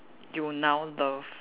you now love